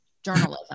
journalism